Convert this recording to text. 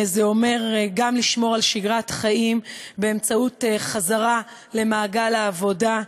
זה אומר גם לשמור על שגרת חיים באמצעות חזרה למעגל העבודה.